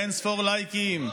לאין-ספור לייקים,